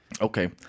Okay